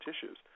tissues